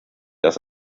dass